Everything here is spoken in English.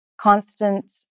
constant